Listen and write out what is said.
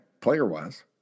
player-wise